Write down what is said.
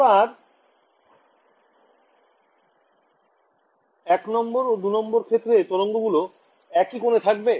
এবার ১ নং ও ২ নং ক্ষেত্রে তরঙ্গ গুলো একই কোণে থাকবে